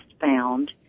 found